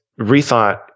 rethought